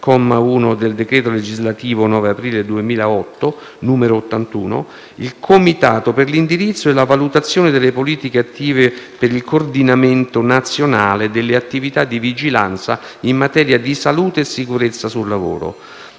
comma 1, del decreto legislativo 9 aprile 2008, n. 81, il Comitato per l'indirizzo e la valutazione delle politiche attive e per il coordinamento nazionale delle attività di vigilanza in materia di salute e sicurezza sul lavoro,